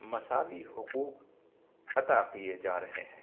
مساوی حقوق عطا کیے جا رہے ہیں